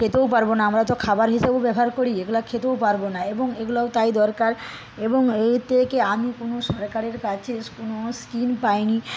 খেতেও পারব না আমরা তো খাবার হিসেবে ব্যবহার করি এগুলা খেতেও পারব না এবং এগুলোও তাই দরকার এবং এর থেকে আমি কোন সরকারের কাছে কোন স্কিম পাই নি